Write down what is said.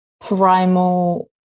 primal